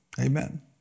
amen